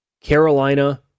Carolina